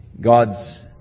God's